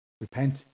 Repent